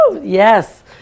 Yes